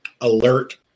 alert